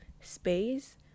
space